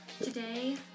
Today